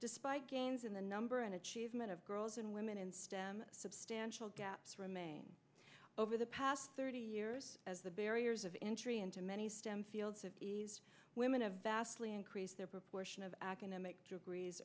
despite gains in the number and achievement of girls and women in stem substantial gaps remain over the past thirty years as the barriers of entry into many stem fields of these women a vastly increased their proportion of academic degrees